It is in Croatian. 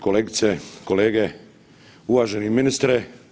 Kolegice, kolege, uvaženi ministre.